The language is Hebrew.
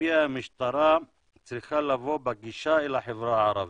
לפיה המשטרה צריכה לבוא בגישה לחברה הערבית.